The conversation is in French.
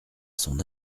son